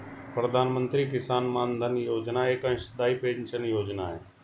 प्रधानमंत्री किसान मानधन योजना एक अंशदाई पेंशन योजना है